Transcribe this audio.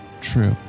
true